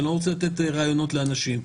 ואני לא רוצה לתת רעיונות לאנשים,